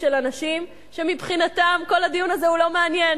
של אנשים שמבחינתם כל הדיון הזה לא מעניין,